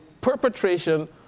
perpetration